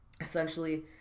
Essentially